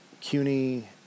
CUNY